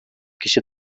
kişi